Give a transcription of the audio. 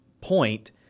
point